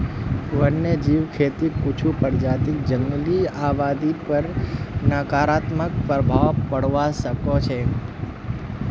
वन्यजीव खेतीक कुछू प्रजातियक जंगली आबादीर पर नकारात्मक प्रभाव पोड़वा स ख छ